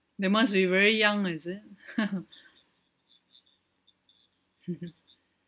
they must be very young is it